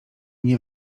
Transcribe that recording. nie